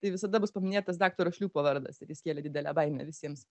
tai visada bus paminėtas daktaro šliūpo vardas ir jis kėlė didelę baimę visiems